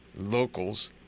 locals